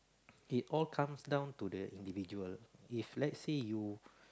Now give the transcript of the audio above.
it all comes down to the individual if lets say you